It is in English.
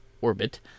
orbit